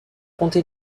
comté